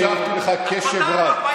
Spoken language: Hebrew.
אני הקשבתי לך בקשב רב.